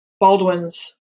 Baldwin's